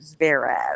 Zverev